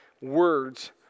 Words